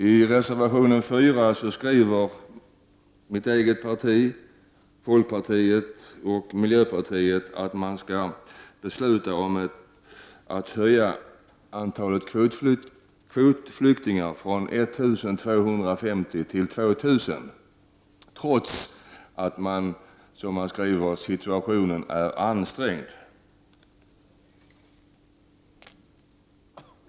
I reservation 4 skriver mitt eget parti, folkpartiet och miljöpartiet att man skall besluta om att höja antalet kvotflyktingar från 1 250 till 2 000, trots att, som man skriver, situationen är ansträngd.